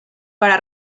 para